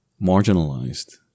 marginalized